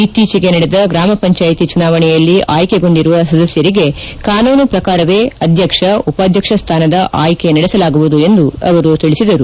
ಇತ್ತೀಚೆಗೆ ನಡೆದ ಗ್ರಾಮ ಪಂಚಾಯಿತಿ ಚುನಾವಣೆಯಲ್ಲಿ ಆಯ್ಕೆಗೊಂಡಿರುವ ಸದಸ್ವರಿಗೆ ಕಾನೂನು ಪ್ರಕಾರವೇ ಅಧ್ಯಕ್ಷ ಉಪಾಧ್ಯಕ್ಷ ಸ್ಟಾನದ ಆಯ್ತೆ ನಡೆಸಲಾಗುವುದು ಎಂದು ಹೇಳಿದರು